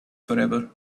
forever